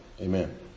Amen